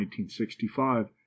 1965